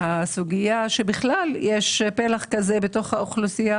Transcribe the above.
הסוגיה שבכלל יש פלח כזה בתוך האוכלוסייה